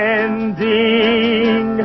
ending